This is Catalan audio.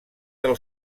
del